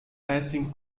passing